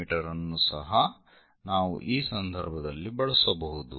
me ಅನ್ನು ಸಹ ನಾವು ಈ ಸಂದರ್ಭದಲ್ಲಿ ಬಳಸಬಹುದು